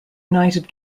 united